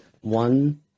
one